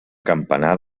campanar